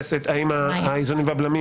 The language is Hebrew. אם אתה תסיט את הדיון לוועדה לבחירת שופטים,